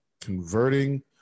converting